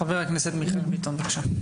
חבר הכנסת מיכאל ביטון, בבקשה.